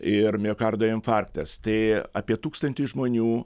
ir miokardo infarktas tai apie tūkstantis žmonių